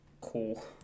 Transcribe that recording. Cool